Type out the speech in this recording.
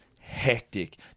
hectic